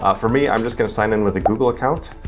ah for me, i'm just gonna sign in with a google account.